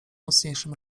mocniejszym